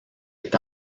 est